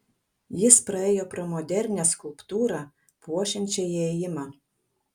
jis praėjo pro modernią skulptūrą puošiančią įėjimą